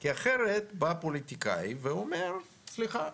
כי אחרת בא פוליטיקאי ואומר: סליחה,